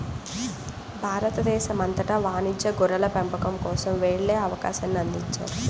భారతదేశం అంతటా వాణిజ్య గొర్రెల పెంపకం కోసం వెళ్ళే అవకాశాన్ని అందించారు